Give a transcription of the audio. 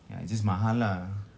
ya it's just mahal lah